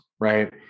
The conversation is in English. right